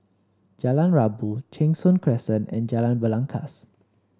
Jalan Rabu Cheng Soon Crescent and Jalan Belangkas